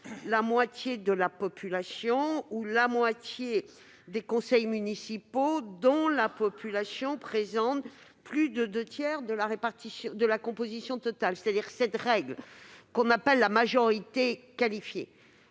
la moitié de la population ou la moitié des conseils municipaux dont la population représente plus des deux tiers de la population totale », c'est-à-dire la majorité qualifiée.